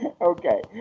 Okay